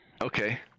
okay